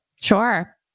Sure